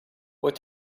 what